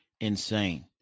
insane